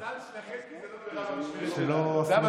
המזל שלכם שזה לא קרה במשמרת שלנו.